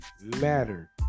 matter